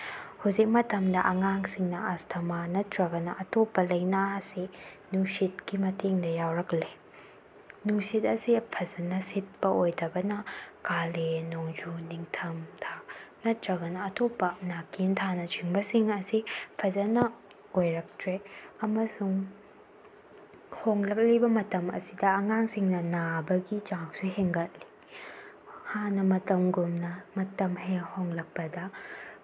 ꯍꯧꯖꯤꯛ ꯃꯇꯝꯗ ꯑꯉꯥꯡꯁꯤꯡꯅ ꯑꯥꯁꯊꯃꯥ ꯅꯠꯇ꯭ꯔꯒꯅ ꯑꯇꯣꯞꯄ ꯂꯩꯅꯥ ꯑꯁꯤ ꯅꯨꯡꯁꯤꯠꯀꯤ ꯃꯇꯦꯡꯗ ꯌꯥꯎꯔꯛꯂꯦ ꯅꯨꯡꯁꯤꯠ ꯑꯁꯦ ꯐꯖꯅ ꯁꯤꯠꯄ ꯑꯣꯏꯗꯕꯅ ꯀꯥꯂꯦꯟ ꯅꯣꯡꯖꯨ ꯅꯤꯡꯊꯝꯊꯥ ꯅꯠꯇ꯭ꯔꯒꯅ ꯑꯇꯣꯞꯄ ꯅꯥꯀꯦꯟꯊꯥꯅꯆꯤꯡꯕꯁꯤꯡ ꯑꯁꯤ ꯐꯖꯅ ꯑꯣꯏꯔꯛꯇ꯭ꯔꯦ ꯑꯃꯁꯨꯡ ꯍꯣꯡꯂꯛꯂꯤꯕ ꯃꯇꯝ ꯑꯁꯤꯗ ꯑꯉꯥꯡꯁꯤꯡꯅ ꯅꯥꯕꯒꯤ ꯆꯥꯡꯁꯨ ꯍꯦꯟꯒꯠꯂꯤ ꯍꯥꯟꯅ ꯃꯇꯝꯒꯨꯝꯅ ꯃꯇꯝ ꯍꯣꯡꯂꯛꯄꯗ